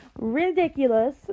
ridiculous